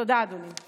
תודה, אדוני.